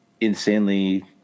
insanely